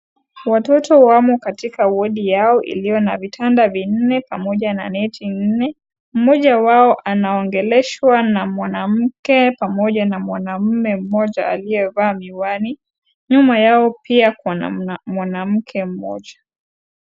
Watoto wamo o katika wodi yao iliyo na vitanda vinne pamoja na neti nne, mmoja wao anaongeleshwa na mwanamke pamoja na mwanaume mmoja aliyevaa miwani, nyuma yao pia kuna mwanamke mmoja.